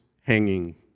hanging